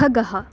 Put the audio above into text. खगः